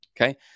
Okay